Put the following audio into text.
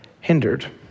hindered